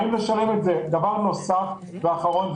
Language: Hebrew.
דבר נוסף ואחרון,